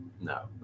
No